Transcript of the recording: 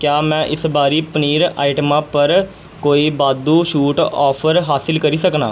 क्या में इस ब'रै पनीर आइटमें पर कोई बा'द्धू छूट ऑफर हासल करी सकनां